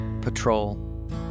patrol